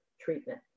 treatment